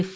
F